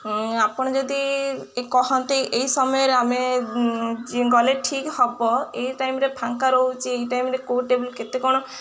ଆପଣ ଯଦି କହନ୍ତି ଏଇ ସମୟରେ ଆମେ ଗଲେ ଠିକ୍ ହବ ଏଇ ଟାଇମ୍ରେ ଫାଙ୍କା ରହୁଛି ଏଇ ଟାଇମ୍ରେ କେଉଁ ଟେବୁଲ୍ କେତେ କ'ଣ